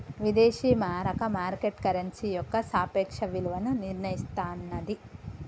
విదేశీ మారక market currency యొక్క సాపేక్ష విలువను నిర్ణయిస్తన్నాది